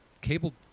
cable